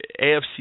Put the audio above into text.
AFC